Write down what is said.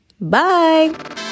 Bye